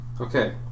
Okay